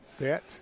bet